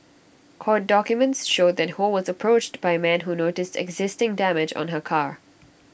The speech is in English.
court documents showed that ho was approached by A man who noticed existing damage on her car